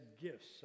gifts